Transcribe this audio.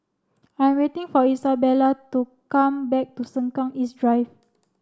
I'm waiting for Isabela to come back to Sengkang East Drive